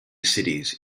cities